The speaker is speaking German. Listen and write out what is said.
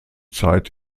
zeit